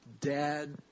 Dad